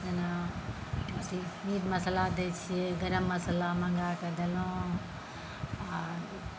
जेना मीट मसाला दैत छियै गरम मसाला मँगाए कऽ देलहुँ आ